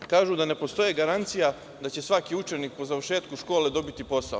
Kažu da ne postoje garancije da će svaki učenik po završetku škole dobiti posao.